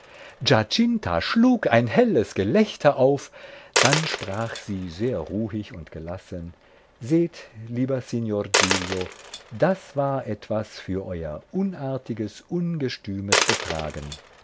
schlug ein helles gelächter auf dann sprach sie sehr ruhig und gelassen seht lieber signor giglio das war etwas für euer unartiges ungestümes betragen